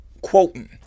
quoting